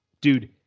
Dude